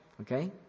Okay